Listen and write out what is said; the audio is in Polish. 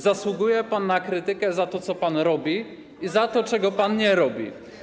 Zasługuje pan na krytykę za to, co pan robi, i za to, czego pan nie robi.